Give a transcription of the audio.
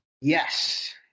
Yes